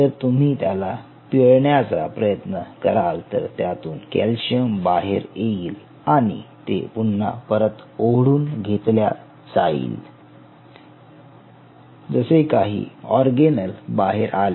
जर तुम्ही त्याला पिळण्याचा प्रयत्न कराल तर त्यातून कॅल्शियम बाहेर येईल आणि ते पुन्हा परत ओढून घेतल्या जाईल जसे काही ऑर्गेनेल बाहेर आले